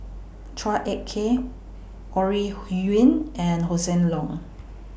Chua Ek Kay Ore Huiying and Hossan Leong